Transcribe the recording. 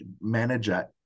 manager